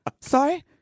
Sorry